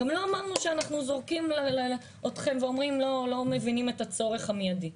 גם לא אמרנו שאנחנו זורקים אתכם ואומרים שלא מבינים את הצורך המיידי.